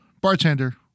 Bartender